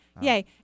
yay